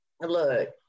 look